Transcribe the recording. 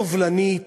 סובלנית,